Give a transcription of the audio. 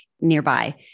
nearby